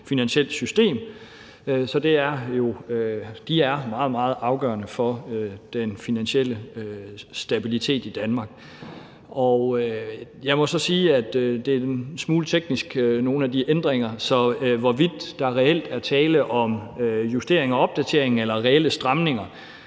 finansielt system. Så de er meget, meget afgørende for den finansielle stabilitet i Danmark. Jeg må så sige, at nogle af de ændringer er en smule tekniske, så hvorvidt der reelt er tale om justeringer og opdateringer eller reelle stramninger,